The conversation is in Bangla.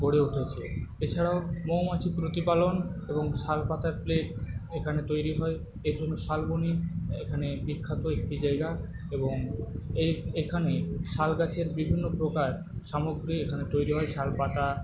গড়ে উঠেছে এছাড়াও মৌমাছি প্রতিপালন এবং শাল পাতার প্লেট এখানে তৈরী হয় এইজন্য শালবনি এখানে বিখ্যাত একটি জায়গা এবং এইখানে শাল গাছের বিভিন্ন প্রকার সামগ্রী এইখানে তৈরি হয় শালপাতা